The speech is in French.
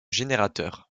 générateur